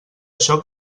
això